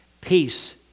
peace